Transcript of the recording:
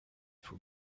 for